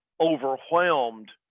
overwhelmed